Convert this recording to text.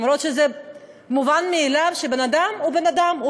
אף שזה מובן מאליו שבן-אדם הוא בן-אדם,